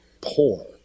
poor